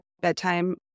bedtime